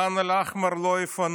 את ח'אן אל-אחמר לא יפנו,